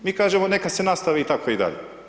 Mi kažemo neka se nastavi tako i dalje.